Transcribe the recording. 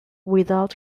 without